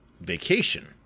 vacation